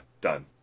Done